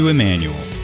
Emmanuel